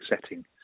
setting